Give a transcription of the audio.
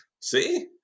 See